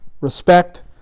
respect